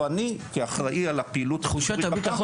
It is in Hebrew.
או שאני כאחראי על הפעילות אומר לא.